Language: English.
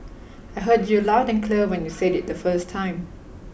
I heard you loud and clear when you said it the first time